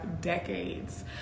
decades